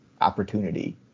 opportunity